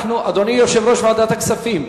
אדוני יושב-ראש ועדת הכספים,